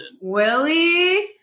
Willie